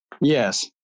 Yes